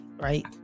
right